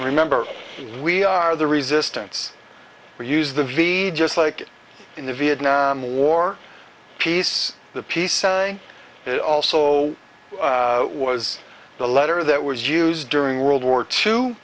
remember we are the resistance we use the v a just like in the vietnam war peace the peace it also was the letter that was used during world war two